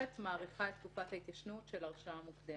מאריכה את תקופת ההתיישנות של הרשעה מוקדמת.